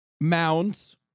Mounds